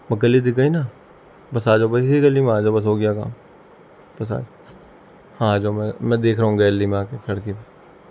بس گلی دکھ گئی نا بس آ جاؤ بس اسی گلی میں آ جاؤ بس ہو گیا کام بس آ جاؤ میں میں دیکھ رہا ہوں گیلری میں آ کے کھڑکی پہ